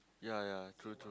ya ya true true